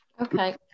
Okay